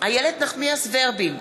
איילת נחמיאס ורבין,